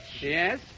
Yes